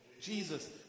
Jesus